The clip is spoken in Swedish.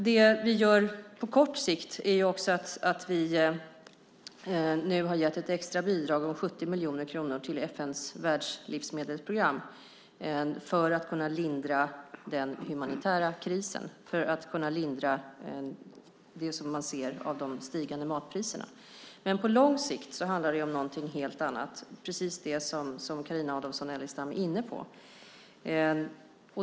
Det vi gör på kort sikt är också att vi nu har gett ett extra bidrag på 70 miljoner kronor till FN:s världslivsmedelsprogram för att kunna lindra den humanitära krisen och det man ser av de stigande matpriserna. Men på lång sikt handlar det ju om någonting helt annat, precis det som Carina Adolfsson Elgestam var inne på.